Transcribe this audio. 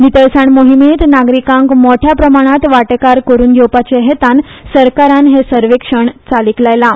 नितळसाण मोहीमेंत नागरिकांक मोठ्या प्रमाणांत वांटेकार करून घेवपाचे हेतान सरकारान स्वच्छ सर्वेक्षण चालीक लायलां